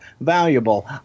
valuable